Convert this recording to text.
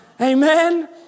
Amen